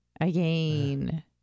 Again